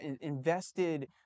invested